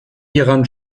hieran